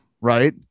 Right